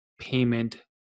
payment